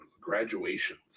graduations